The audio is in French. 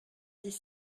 dix